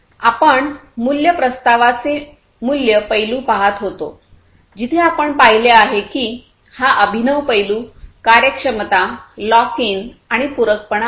आपण मूल्य प्रस्तावाचे मूल्य पैलू पहात होतो जिथे आपण पाहिले आहे की हा अभिनव पैलू कार्यक्षमता लॉक इन आणि पूरकपणा आहे